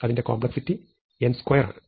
അതിന്റെ complexity n2 ആണ്